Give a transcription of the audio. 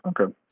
okay